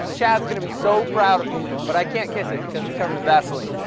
chad is going to be so proud of me. but i can't kiss it because it's covered in vaseline.